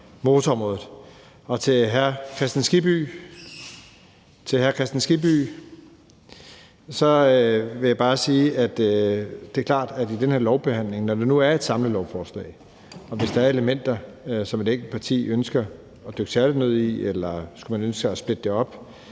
Til hr. Hans Kristian Skibby vil jeg bare sige, at det er klart, at hvis der i den her lovbehandling, når det nu er et samlelovforslag, er elementer, som et enkelt parti ønsker at dykke særligt ned i, eller man skulle ønske at splitte det op,